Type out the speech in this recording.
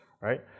right